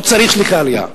לא צריך שליחי עלייה.